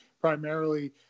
primarily –